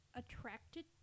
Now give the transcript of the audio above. attracted